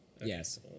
yes